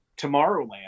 Tomorrowland